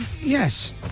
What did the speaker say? Yes